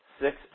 six